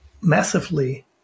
massively